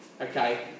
okay